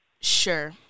Sure